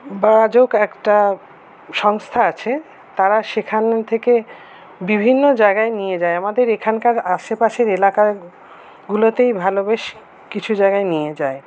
ব্রাজক একটা সংস্থা আছে তারা সেখান থেকে বিভিন্ন জায়গায় নিয়ে যায় আমাদের এখানকার আশেপাশের এলাকাগুলোতেই ভালো বেশ কিছু জায়গায় নিয়ে যায়